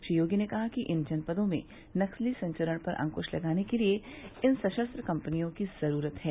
श्री योगी ने कहा कि इन जनपदों में नक्सली संचरण पर अंकृश लगाने के लिए इन सशस्त्र कंपनियों की ज़रूरत है